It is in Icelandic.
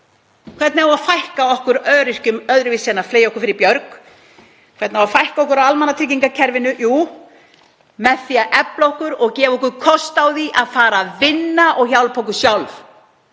Hvernig á að fækka okkur öryrkjum öðruvísi en að fleygja okkur fyrir björg? Hvernig á að fækka okkur á almannatryggingakerfinu? Jú, með því að efla okkur og gefa okkur kost á því að fara að vinna og hjálpa okkur sjálf,